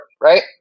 right